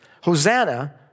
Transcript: Hosanna